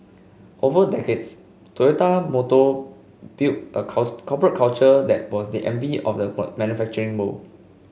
over decades Toyota Motor built a corporate culture that was the envy of the manufacturing world